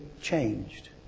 changed